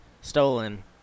stolen